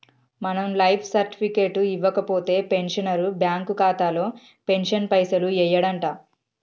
మనం life certificate ఇవ్వకపోతే pensioner bank ఖాతాలో పెన్షన్ పైసలు యెయ్యడంట